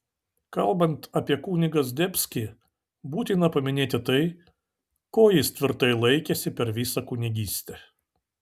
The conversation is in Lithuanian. kalbant apie kunigą zdebskį būtina paminėti tai ko jis tvirtai laikėsi per visą kunigystę